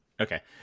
Okay